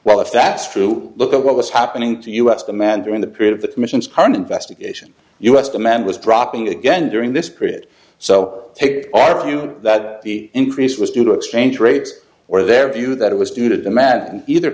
well if that's true look at what was happening to us commander in the period of the commission's current investigation u s demand was dropping again during this period so are you that the increase was due to exchange rates or their view that it was due to demand either